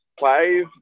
five